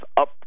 up